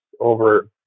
over